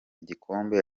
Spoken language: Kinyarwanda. igikombe